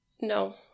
No